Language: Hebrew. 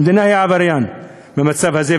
המדינה היא העבריין במצב הזה,